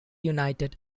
united